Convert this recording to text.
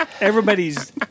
everybody's